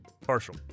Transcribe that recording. Partial